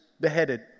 beheaded